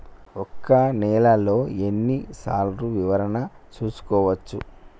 ఒక నెలలో ఎన్ని సార్లు వివరణ చూసుకోవచ్చు?